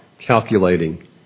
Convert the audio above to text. calculating